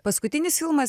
paskutinis filmas